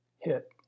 hit